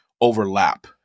overlap